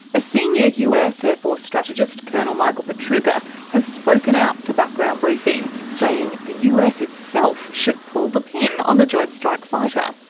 a senior us air force strategist colonel michael pietrucha has spoken out to background briefing, saying the us itself should pull the pin on the joint strike fighter.